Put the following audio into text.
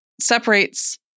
separates